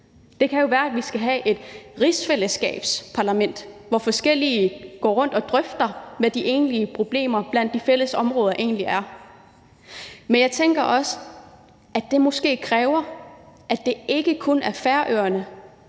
Det kan jo være, at vi skal have et rigsfællesskabsparlament, hvor forskellige går rundt og drøfter, hvad de egentlig problemer på de fælles områder egentlig er. Men jeg tænker også, at det måske kræver, at det ikke kun er Færøerne